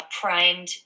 primed